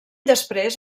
després